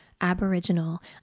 aboriginal